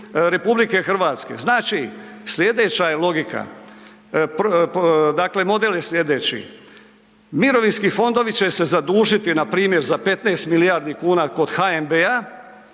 financijeri RH. Znači, slijedeća je logika. Dakle, model je slijedeći. Mirovinski fondovi će se zadužiti npr. za 15 milijardi kuna kod HNB-a,